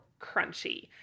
crunchy